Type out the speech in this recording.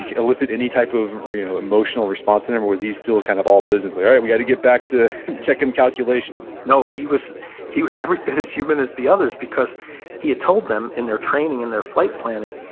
elicit any type of emotional response in him, or was he still kind of all business? like, alright, we got to get back to checking calculations? no, he was he was every bit as human as the others. because he had told them, in their training and their flight planning,